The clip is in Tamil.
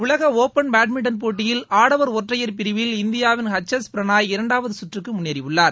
உலக ஒபன் பேட்மிண்டன் போட்டியில் ஆடவர் ஒற்றையர் பிரிவில் இந்தியாவின் ஹெச் எஸ் பிரணாய் இரண்டாவது சுற்றுக்கு முன்னேறியுள்ளார்